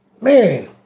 man